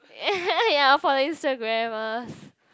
ya for the instagrammers